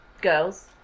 girls